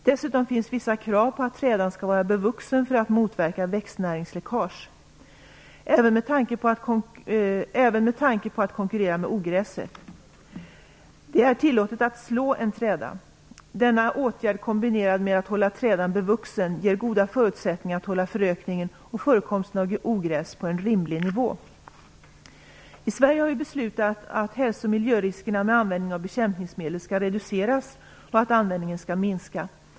Dessutom finns vissa krav på att trädan skall vara bevuxen för att motverka växtnäringsläckage och även med tanke på att konkurrera med ogräset. Det är tillåtet att slå en träda. Denna åtgärd kombinerad med att hålla trädan bevuxen ger goda förutsättningar att hålla förökningen och förekomsten av ogräs på en rimlig nivå. I Sverige har vi beslutat att hälso och miljöriskerna med användningen av bekämpningsmedel skall reduceras och att användningen skall minska.